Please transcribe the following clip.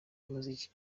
umuziki